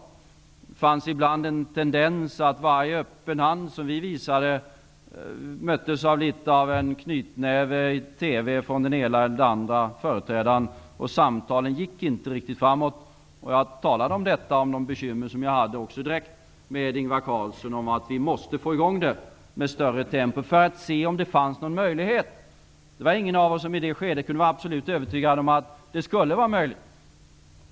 Det fanns ibland en tendens till att varje öppen hand som regeringen visade möttes av litet av en knytnäve i TV från den ena eller andra företrädaren för oppositionen, och samtalen gick inte riktigt framåt. Jag talade direkt med Ingvar Carlsson om de bekymmer som jag hade och att samtalen måste komma i gång med högre tempo för att vi skulle få se om det fanns någon möjlighet. Det var ingen av oss som i detta skede kunde vara absolut övertygad om att det skulle vara möjligt.